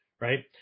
right